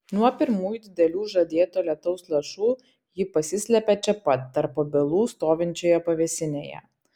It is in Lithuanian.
nuo pirmųjų didelių žadėto lietaus lašų ji pasislepia čia pat tarp obelų stovinčioje pavėsinėje